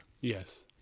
Yes